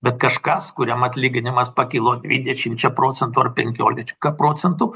bet kažkas kuriam atlyginimas pakilo dvidešimčia procentų ar penkiolika procentų